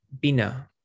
Bina